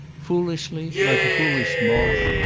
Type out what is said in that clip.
foolishly, like a foolish moth,